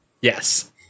yes